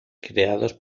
creados